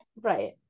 Right